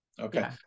Okay